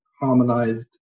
harmonized